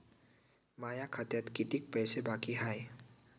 माया खात्यात कितीक पैसे बाकी हाय?